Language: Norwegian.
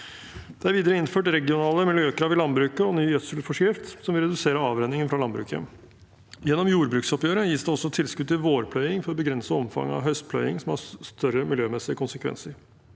Det er videre innført regionale miljøkrav i landbruket og ny gjødselforskrift som vil redusere avrenningen fra landbruket. Gjennom jordbruksoppgjøret gis det også tilskudd til vårpløying for å begrense omfanget av høstpløying, som har større miljømessige konsekven